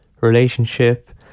relationship